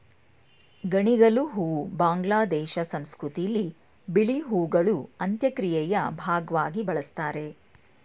ಗಣಿಗಲು ಹೂ ಬಾಂಗ್ಲಾದೇಶ ಸಂಸ್ಕೃತಿಲಿ ಬಿಳಿ ಹೂಗಳು ಅಂತ್ಯಕ್ರಿಯೆಯ ಭಾಗ್ವಾಗಿ ಬಳುಸ್ತಾರೆ